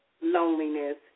loneliness